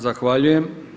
Zahvaljujem.